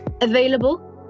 available